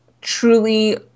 truly